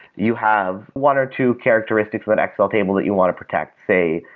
you have one or two characteristics with an excel table that you want to protect, say,